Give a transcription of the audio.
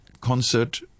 concert